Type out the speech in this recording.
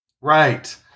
Right